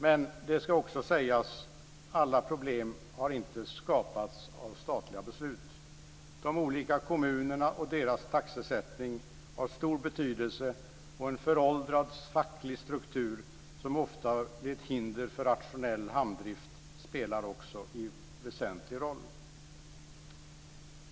Men det ska också sägas att alla problem inte har skapats av statliga beslut. De olika kommunerna och deras taxesättning har stor betydelse, och en föråldrad facklig struktur som ofta blir ett hinder för rationell hamndrift spelar också en väsentlig roll.